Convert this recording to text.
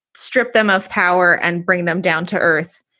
strip them of power and bring them down to earth.